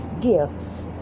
gifts